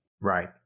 Right